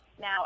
Now